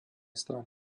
strany